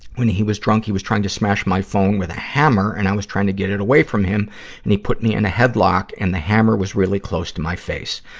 when he was drunk, he was trying to smash my phone with a hammer and i was trying to get it away from him and he put me in a headlock and the hammer was really close to my face.